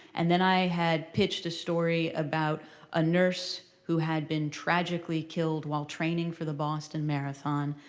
and then i had pitched a story about a nurse who had been tragically killed while training for the boston marathon.